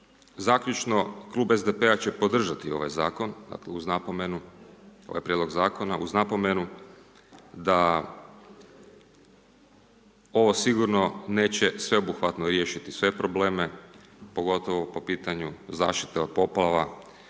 zakon uz napomenu, ovaj prijedlog zakona, uz napomenu da ovo sigurno neće sveobuhvatno riješiti sve probleme pogotovo po pitanju zaštite od poplava